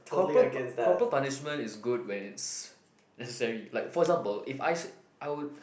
corporal pu~ corporal punishment is good when it's necessary like for example if I s~ I'll